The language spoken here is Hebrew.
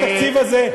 בתקציב הזה,